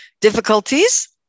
difficulties